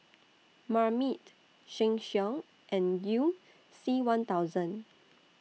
Marmite Sheng Siong and YOU C one thousand